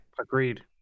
Agreed